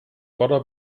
gotta